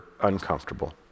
uncomfortable